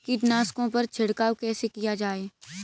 कीटनाशकों पर छिड़काव कैसे किया जाए?